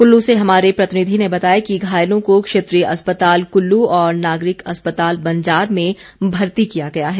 कुल्लू से हमारे प्रतिनिधि ने बताया है कि घायलों को क्षेत्रीय अस्पताल कुल्लू और नागरिक अस्पताल बंजार में भर्ती किया गया है